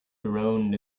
droned